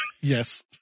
Yes